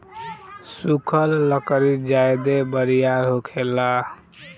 सुखल लकड़ी ज्यादे बरियार होखेला